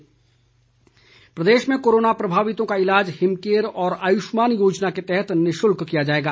निशुल्क ईलाज प्रदेश में कोरोना प्रभावितों का ईलाज हिमकेयर और आयुष्मान योजना के तहत निशुल्क किया जाएगा